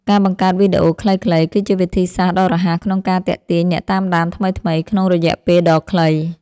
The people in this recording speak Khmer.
ការបង្កើតវីដេអូខ្លីៗ គឺជាវិធីសាស្ត្រដ៏រហ័សក្នុងការទាក់ទាញអ្នកតាមដានថ្មីៗក្នុងរយៈពេលដ៏ខ្លី។